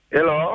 Hello